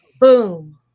Boom